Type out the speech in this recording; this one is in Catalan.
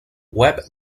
web